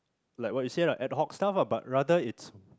like what you say ah ad hoc stuff ah but rather it's